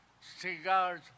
Cigars